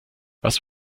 was